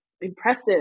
impressive